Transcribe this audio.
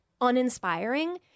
uninspiring